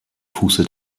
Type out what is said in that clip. fuße